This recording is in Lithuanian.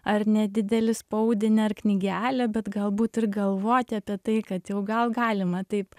ar nedidelį spaudinį ar knygelę bet galbūt ir galvoti apie tai kad jau gal galima taip